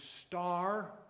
star